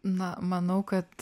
na manau kad